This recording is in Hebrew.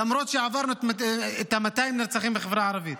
למרות שעברנו את 200 הנרצחים בחברה הערבית.